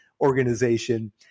organization